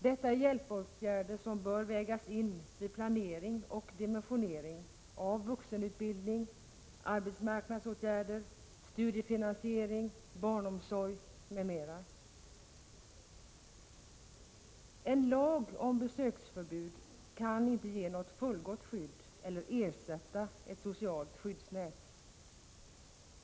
Det är hjälpåtgärder som bör vägas in vid planering och dimensionering av vuxenutbildning, arbetsmarknadsåtgärder, En lag om besöksförbud kan inte ge ett fullgott skydd eller ersätta ett socialt skyddsnät.